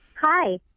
Hi